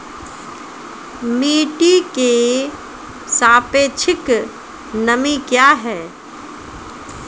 मिटी की सापेक्षिक नमी कया हैं?